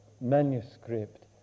manuscript